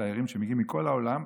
תיירים שמגיעים מכל העולם,